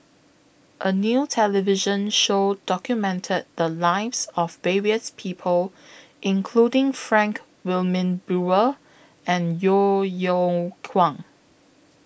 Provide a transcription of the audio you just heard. A New television Show documented The Lives of various People including Frank Wilmin Brewer and Yeo Yeow Kwang